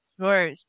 Sure